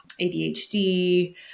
ADHD